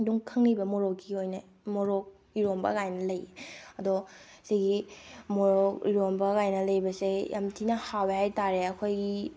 ꯑꯗꯨꯝ ꯈꯪꯅꯤꯕ ꯃꯣꯔꯣꯛꯀꯤ ꯑꯣꯏꯅ ꯃꯣꯔꯣꯛ ꯏꯔꯣꯟꯕ ꯒꯥꯏꯅ ꯂꯩ ꯑꯗꯣ ꯁꯤꯒꯤ ꯃꯣꯔꯣꯛ ꯏꯔꯣꯟꯕꯒꯥꯏꯅ ꯂꯩꯕꯖꯁꯦ ꯌꯥꯝ ꯊꯤꯅ ꯍꯥꯎꯋꯦ ꯍꯥꯏꯇꯥꯔꯦ ꯑꯩꯈꯣꯏꯒꯤ